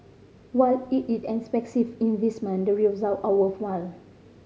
while it is an expensive investment the result are worthwhile